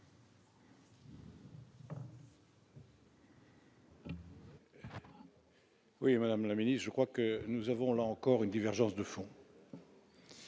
vote. Madame la ministre, je crois que nous avons, là encore, une divergence de fond.